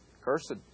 Cursed